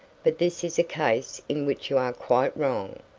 but this is a case in which you are quite wrong.